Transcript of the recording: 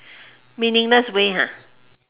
meaningless way ah